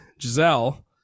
Giselle